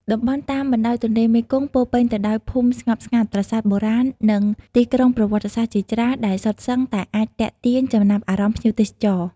តំបន់តាមបណ្តោយទន្លេមេគង្គពោរពេញទៅដោយភូមិស្ងប់ស្ងាត់ ប្រាសាទបុរាណ និងទីក្រុងប្រវត្តិសាស្ត្រជាច្រើន ដែលសុទ្ធសឹងតែអាចទាក់ទាញចំណាប់អារម្មណ៍ភ្ញៀវទេសចរ។